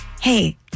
hey